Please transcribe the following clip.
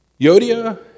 Yodia